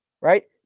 Right